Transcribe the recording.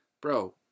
bro